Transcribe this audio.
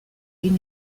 egin